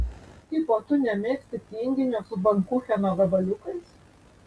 tipo tu nemėgsti tinginio su bankucheno gabaliukais